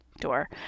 door